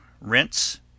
rinse